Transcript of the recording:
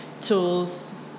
tools